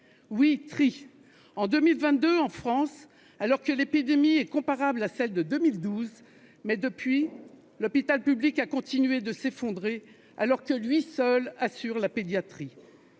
Oui, du tri ! En 2022, en France, alors que l'épidémie est comparable à celle de 2012. Cependant, depuis cette date, l'hôpital public a continué de s'effondrer. Or lui seul assure la pédiatrie.